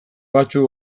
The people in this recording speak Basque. batzuk